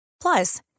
Plus